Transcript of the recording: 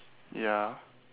ya